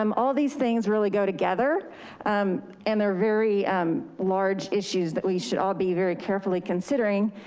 um all these things really go together and they're very um large issues that we should all be very carefully considering.